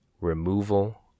removal